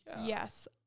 Yes